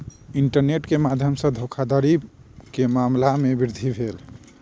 internet के माध्यम सॅ धोखाधड़ी के मामला में वृद्धि भेल